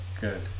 Good